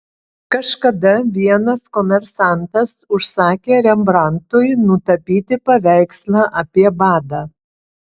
kažkada vienas komersantas užsakė rembrandtui nutapyti paveikslą apie badą